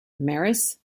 maris